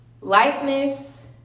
Likeness